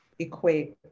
equate